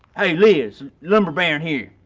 hey liz, lumber baron here.